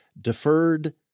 deferred